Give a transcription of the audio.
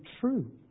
true